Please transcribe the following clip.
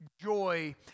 joy